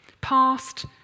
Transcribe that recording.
past